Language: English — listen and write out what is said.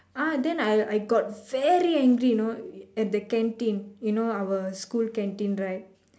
ah then I I got very angry you know at the canteen you know our school canteen right